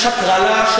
יש הטרלה,